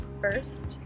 first